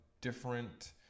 different